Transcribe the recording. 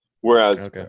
whereas